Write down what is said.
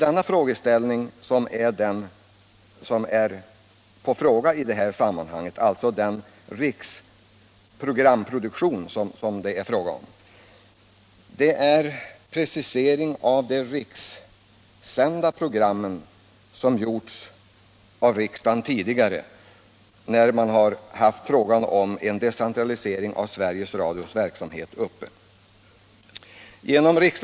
En precisering av de rikssända programmen har gjorts av riksdagen tidigare när vi haft frågan om en decentralisering av Sveriges Radios verksamhet uppe.